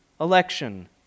election